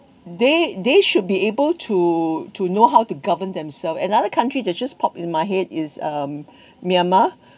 they they should be able to to know how to govern themselves another country that just popped in my head is um myanmar